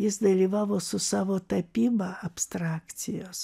jis dalyvavo su savo tapyba abstrakcijos